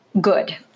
good